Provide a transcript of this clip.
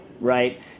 right